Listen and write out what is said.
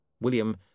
William